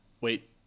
wait